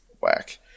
Whack